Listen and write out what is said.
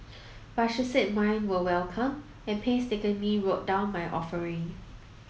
but she said mine were welcome and painstakingly wrote down my offering